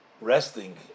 resting